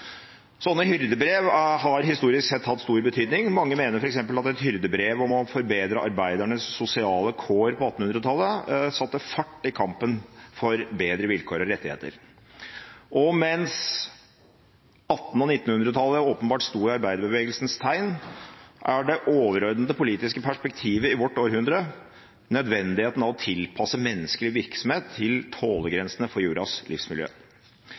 Sånne hyrdebrev har historisk sett hatt stor betydning. Mange mener f.eks. at et hyrdebrev om å forbedre arbeidernes sosiale kår på 1800-tallet satte fart i kampen for bedre vilkår og rettigheter. Og mens 1800- og 1900-tallet åpenbart sto i arbeiderbevegelsens tegn, er det overordnede politiske perspektivet i vårt århundre nødvendigheten av å tilpasse menneskelig virksomhet til tålegrensene for jordas livsmiljø.